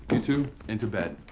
you two into bed.